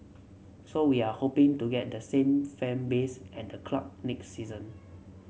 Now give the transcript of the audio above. so we're hoping to get the same fan base at the club next season